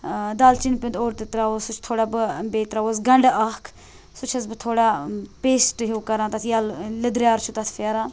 دالچیٖن پیٚونتۍ اوٚڑ تہِ تراہوس سُہ چھُ تھوڑا بیٚیہِ تراہوس گَنڑٕ اَکھ سُہ چھس بہٕ تھوڑا پیسٹ ہیٚو کَران تَتھ یَلہٕ لیٚدریار چھُ تَتھ پھیران